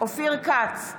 אופיר כץ,